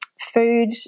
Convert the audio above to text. food